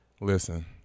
listen